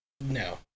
No